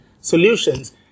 solutions